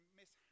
miss